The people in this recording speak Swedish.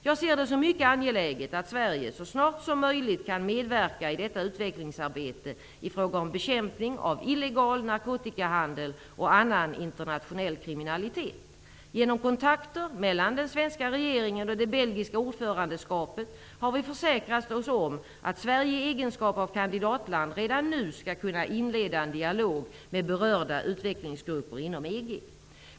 Jag ser det som mycket angeläget att Sverige så snart som möjligt kan medverka i detta utvecklingsarbete i fråga om bekämpning av illegal narkotikahandel och annan internationell kriminalitet. Genom kontakter mellan den svenska regeringen och det belgiska ordförandeskapet har vi försäkrat oss om att Sverige i egenskap av kandidatland redan nu skall kunna inleda en dialog med berörda utvecklingsgrupper inom EG.